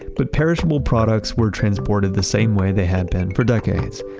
but perishable products were transported the same way they had been for decades,